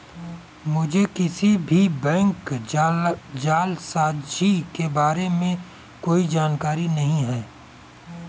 मुझें किसी भी बैंक जालसाजी के बारें में कोई जानकारी नहीं है